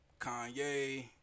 Kanye